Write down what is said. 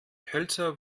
hölzer